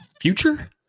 future